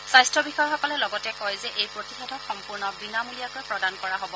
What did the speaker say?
স্বাস্থ্য বিষয়াসকলে লগতে কয় যে এই প্ৰতিষেধক সম্পূৰ্ণ বিনামূলীয়াকৈ প্ৰদান কৰা হ'ব